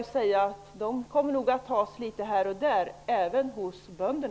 De pengarna kommer nog att tas litet här och där